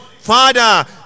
Father